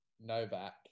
Novak